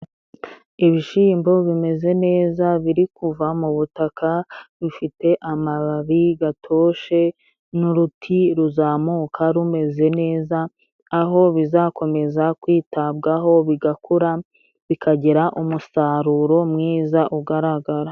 Ibishimbo bimeze neza biri kuva mu butaka bifite amababi gatoshe n'uruti ruzamuka rumeze neza aho bizakomeza kwitabwaho bigakura bikagira umusaruro mwiza ugaragara.